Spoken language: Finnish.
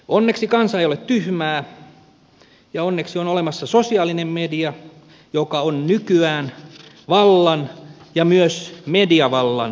onneksi kansa ei ole tyhmää ja onneksi on olemassa sosiaalinen media joka on nykyään vallan ja myös mediavallan vahtikoira